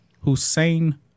Hussein